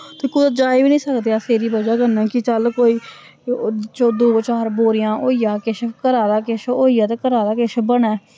ते कुतै जाई बी निं सकदे अस एह्दी वजह् कन्नै कि चल कोई ओह् दो चार बोरियां होई जाऽ किश घरा दा किश होई जाऽ ते घरा दा किश बनै